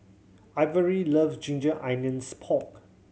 Ivory love ginger onions pork